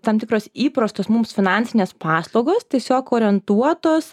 tam tikros įprastos mums finansinės paslaugos tiesiog orientuotos